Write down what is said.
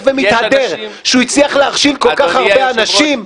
ומתהדר שהוא הצליח להכשיל כל כך הרבה אנשים,